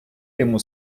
йому